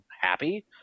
happy